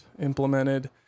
implemented